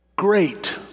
great